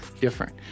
different